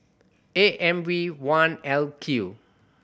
A M V one L Q